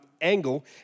angle